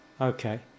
Okay